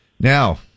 Now